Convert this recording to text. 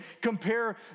compare